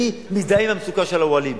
אני מזדהה עם המצוקה של האוהלים,